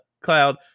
cloud